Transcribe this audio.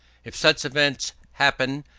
if such events happen,